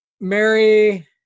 Mary